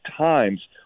times